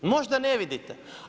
Možda ne vidite.